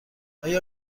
آیا